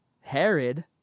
Herod